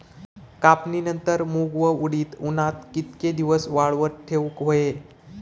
कापणीनंतर मूग व उडीद उन्हात कितके दिवस वाळवत ठेवूक व्हये?